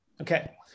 Okay